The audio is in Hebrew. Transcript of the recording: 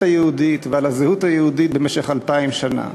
היהודית ועל הזהות היהודית במשך אלפיים שנה.